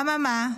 אממה?